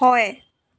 হয়